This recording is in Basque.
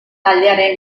taldearen